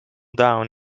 down